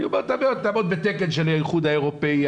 אני אומר 'תעמוד בתקן של האיחוד האירופאי,